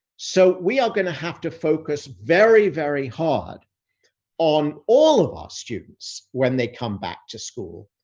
so, we are going to have to focus very, very hard on all of our students when they come back to school.